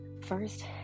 first